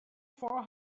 four